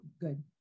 Good